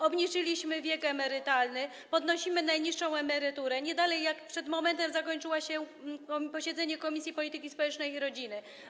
Obniżyliśmy wiek emerytalny, podnosimy najniższą emeryturę, nie dalej jak przed momentem zakończyło się posiedzenie Komisji Polityki Społecznej i Rodziny.